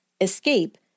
escape